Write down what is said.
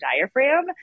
diaphragm